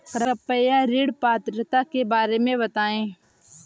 कृपया ऋण पात्रता के बारे में बताएँ?